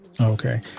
Okay